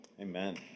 Amen